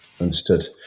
Understood